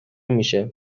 میشه